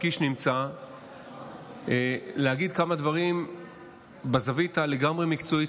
קיש נמצא להגיד כמה דברים בזווית לגמרי מקצועית,